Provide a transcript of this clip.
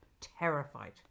terrified